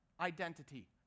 identity